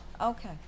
Okay